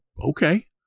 Okay